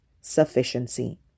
sufficiency